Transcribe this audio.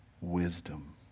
wisdom